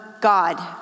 God